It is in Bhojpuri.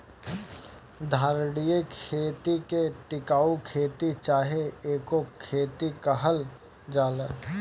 धारणीय खेती के टिकाऊ खेती चाहे इको खेती कहल जाला